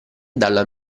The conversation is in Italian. dalla